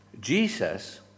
Jesus